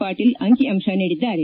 ಪಾಟೀಲ್ ಅಂಕಿ ಅಂಶ ನೀಡಿದ್ದಾರೆ